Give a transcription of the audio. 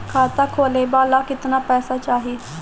खाता खोलबे ला कितना पैसा चाही?